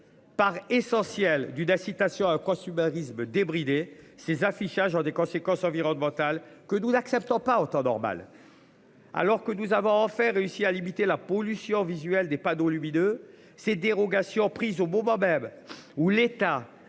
Part essentielle du d'incitation à consumérisme débridé ses affichages ont des conséquences environnementales que nous n'acceptons pas en temps normal. Alors que nous avons en fait réussi à limiter la pollution visuelle des panneaux lubies de ces dérogations prise au bout. Où l'État